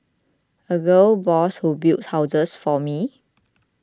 a gal boss who builds houses for me